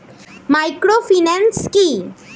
Microfinance কি?